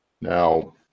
Now